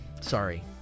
sorry